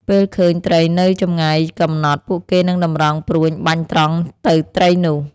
ពេលឃើញត្រីនៅចម្ងាយកំណត់ ពួកគេនឹងតម្រង់ព្រួញបាញ់ត្រង់ទៅត្រីនោះ។